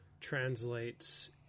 translates